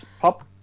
pop